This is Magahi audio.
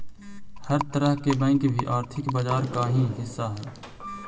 हर तरह के बैंक भी आर्थिक बाजार का ही हिस्सा हइ